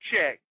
check